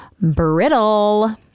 brittle